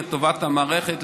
לטובת המערכת,